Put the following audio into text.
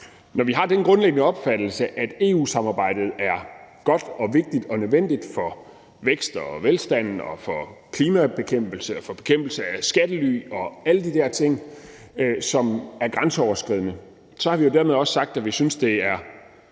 Når vi har den grundlæggende opfattelse, at EU-samarbejdet er godt og vigtigt og nødvendigt for vækst og velstand og for klima og for bekæmpelse af skattely og alle de der ting, som er grænseoverskridende, så har vi jo dermed også sagt, at vi synes, det er